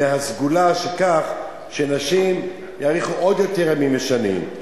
מהסגולה שנשים יאריכו עוד יותר ימים ושנים.